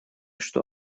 что